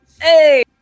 Hey